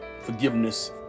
forgiveness